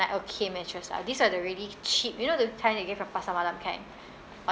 okay mattress ah these are the really cheap you know the kind you get from pasar malam kind